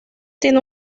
tiene